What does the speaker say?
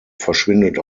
verschwindet